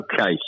Okay